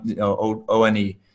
O-N-E